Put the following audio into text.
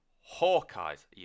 Hawkeye's